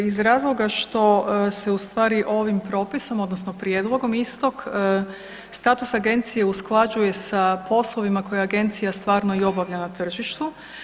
Iz razloga što se u stvari ovim propisom odnosno prijedlogom istog status agencije usklađuje sa poslovima koje agencija stvarno i obavlja na tržištu.